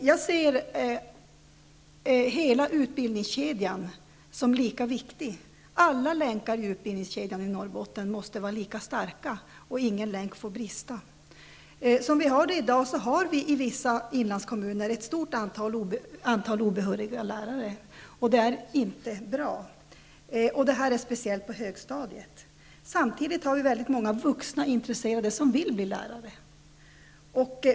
Jag ser hela utbildningskedjan som mycket viktig, alla länkar i utbildningskedjan i Norrbotten måste vara lika starka, ingen länk får brista. Som vi har det i dag har vi i vissa inlandskommuner ett stort antal obehöriga lärare. Det är inte bra. Detta gäller speciellt på högstadiet. Samtidigt har vi väldigt många vuxna intresserade som vill bli lärare.